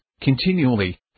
continually